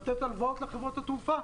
לתת הלוואות חברות התעופה.